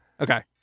Okay